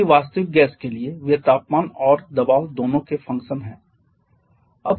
जबकि वास्तविक गैस के लिए वे तापमान और दबाव दोनों के फंक्शन हैं